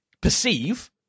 perceive